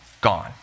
gone